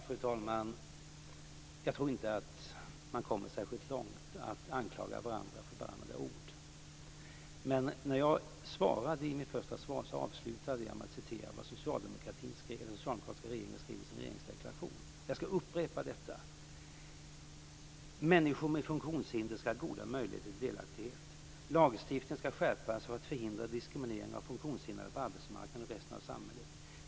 Fru talman! Jag tror inte att man kommer särskilt långt med att anklaga varandra för att bara använda ord. Jag avslutade mitt interpellationssvar med att citera vad den socialdemokratiska regeringen skrev i sin regeringsdeklaration. Jag skall upprepa detta: "Människor med funktionshinder skall ha goda möjligheter till delaktighet. Lagstiftningen skall skärpas för att förhindra diskriminering av funktionshindrade på arbetsmarknaden och i resten av samhället.